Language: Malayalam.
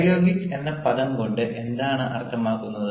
ഡയലോഗിക് എന്ന ഈ പദംകൊണ്ട് എന്താണ് അർത്ഥമാക്കുന്നത്